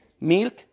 milk